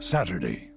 Saturday